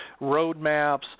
roadmaps